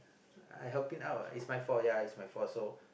I helping out what it's my fault ya it's my fault so